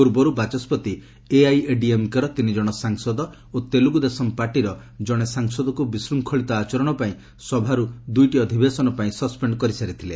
ପୂର୍ବରୁ ବାଚସ୍କତି ଏଆଇଏଡିଏମ୍କେ ର ତିନି ଜଣ ସାଂସଦ ଓ ତେଲୁଗୁ ଦେଶମ୍ ପାର୍ଟିର ଜଣେ ସାଂସଦଙ୍କୁ ବିଶ୍ୱଙ୍ଗଳିତ ଆଚରଣ ପାଇଁ ସଭାରୁ ଦୁଇଟି ଅଧିବେଶନ ପାଇଁ ସସ୍ପେଶ୍ଡ କରିସାରିଥିଲେ